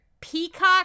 peacock